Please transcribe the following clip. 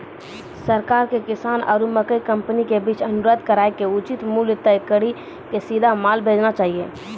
सरकार के किसान आरु मकई कंपनी के बीच अनुबंध कराय के उचित मूल्य तय कड़ी के सीधा माल भेजना चाहिए?